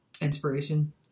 inspiration